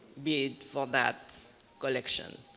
bid for that collection.